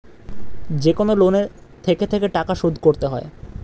যেকনো লোনে থেকে থেকে টাকা শোধ করতে হয়